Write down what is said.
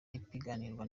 ipiganirwa